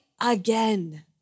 again